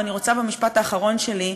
ואני רוצה במשפט האחרון שלי,